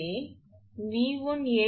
53 to க்கு சமம் 𝑉2 8